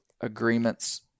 agreements